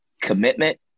commitment